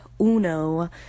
uno